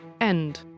End